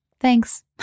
thanks